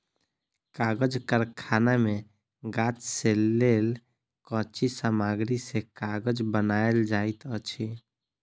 कागज़ कारखाना मे गाछ से लेल कच्ची सामग्री से कागज़ बनायल जाइत अछि